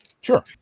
Sure